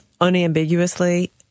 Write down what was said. Unambiguously